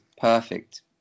perfect